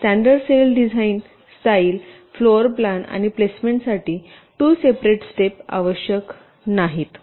standard cell design style floor plan आणि प्लेसमेंटसाठी 2 separate step आवश्यक नाहीत